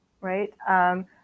right